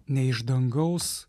nei iš dangaus